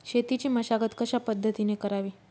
शेतीची मशागत कशापद्धतीने करावी?